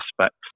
aspects